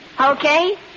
Okay